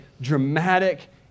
dramatic